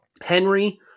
Henry